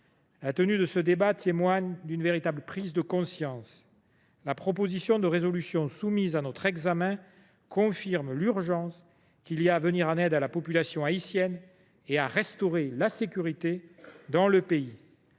la tenue de ce débat témoigne d’une véritable prise de conscience. La proposition de résolution soumise à notre examen confirme combien il est urgent de venir en aide à la population haïtienne et de restaurer la sécurité dans le pays,